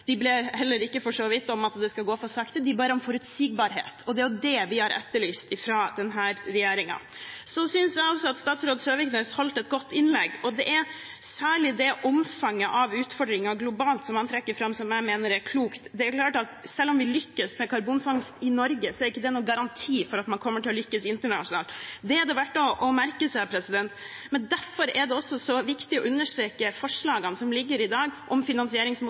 de ber for så vidt heller ikke om at det skal gå for sakte, de ber om forutsigbarhet. Og det er det vi har etterlyst fra denne regjeringen. Jeg synes også at statsråd Søviknes holdt et godt innlegg. Det er særlig omfanget av utfordringer globalt som han trekker fram, som jeg mener er klokt. Det er klart at selv om vi lykkes med karbonfangst i Norge, er ikke det noen garanti for at man kommer til å lykkes internasjonalt. Det er det verdt å merke seg. Derfor er det også så viktig å understreke forslagene som foreligger i dag om